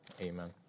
Amen